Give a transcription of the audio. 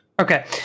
Okay